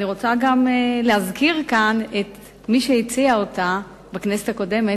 אני רוצה גם להזכיר כאן את מי שהציעה אותה בכנסת הקודמת,